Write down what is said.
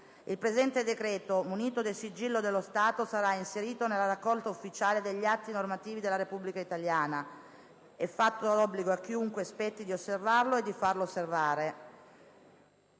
Il presente decreto, munito del sigillo dello Stato, sarà inserito nella Raccolta ufficiale degli atti normativi della Repubblica italiana. È fatto obbligo a chiunque spetti di osservarlo e di farlo osservare.